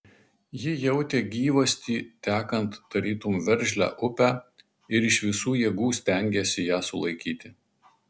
ji jautė gyvastį tekant tarytum veržlią upę ir iš visų jėgų stengėsi ją sulaikyti